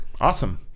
Awesome